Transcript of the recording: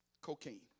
cocaine